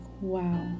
wow